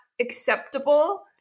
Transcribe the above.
acceptable